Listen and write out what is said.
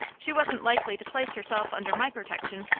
she wasn't likely to place herself under my protection.